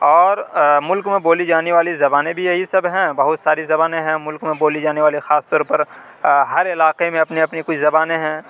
اور ملک میں بولی جانے والی زبانیں بھی یہی سب ہیں بہت ساری زبانیں ہیں ملک میں بولی جانے والی خاص طور پر ہر علاقے میں اپنی اپنی کچھ زبانیں ہیں